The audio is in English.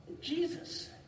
Jesus